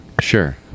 sure